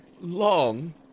long